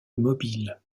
mobile